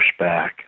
pushback